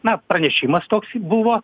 na pranešimas toks į buvo